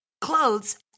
clothes